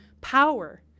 power